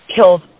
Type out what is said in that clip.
killed